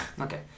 Okay